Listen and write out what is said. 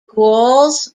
gauls